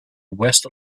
west